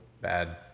bad